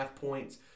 points